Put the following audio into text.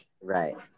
Right